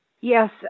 Yes